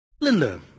Linda